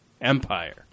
Empire